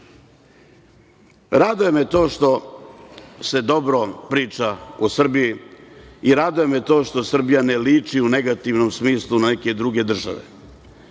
me to što se dobro priča o Srbiji i raduje me to što Srbija ne liči u negativnom smislu na neke druge države.